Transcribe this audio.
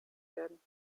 werden